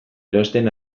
erosten